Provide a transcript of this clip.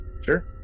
Sure